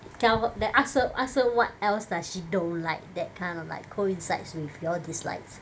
tell her then ask her ask her what else does she don't like that kind of like coincides with your dislikes